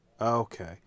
Okay